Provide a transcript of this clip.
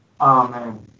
Amen